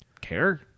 care